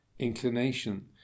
inclination